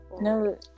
No